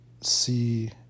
see